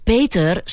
Peter